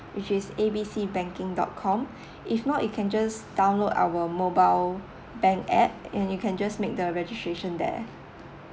which is A B C banking dot com if not you can just download our mobile bank app and you can just make the registration there